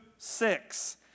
Six